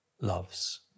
loves